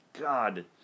God